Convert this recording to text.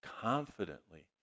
confidently